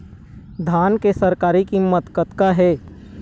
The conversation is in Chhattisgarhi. धान के सरकारी कीमत कतका हे?